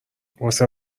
واسه